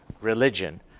religion